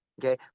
Okay